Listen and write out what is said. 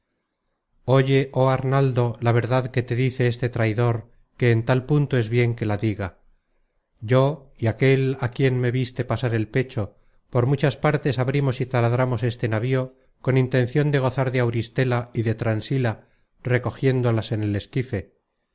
oye joh arnaldo la verdad que te dice este traidor que en tal punto es bien que la diga yo y aquel á quien me viste pasar el pecho por muchas partes abrimos y taladramos este navío con intencion de gozar de auristela y de transila recogiéndolas en el esquife